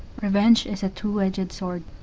revenge is a two-edged sword.